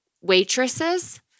waitresses